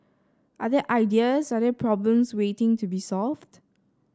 are there ideas are there problems waiting to be solved